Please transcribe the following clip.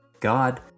God